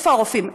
איפה הרופאים?